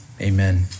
amen